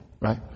right